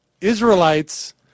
Israelites